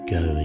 go